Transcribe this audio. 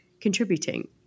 contributing